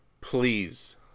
please